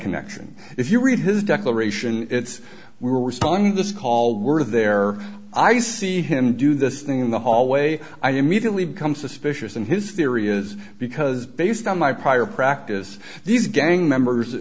connection if you read his declaration it's we're responding this call we're there i see him do this thing in the hallway i immediately become suspicious and his theory is because based on my prior practice these gang members